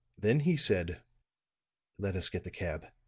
then he said let us get the cab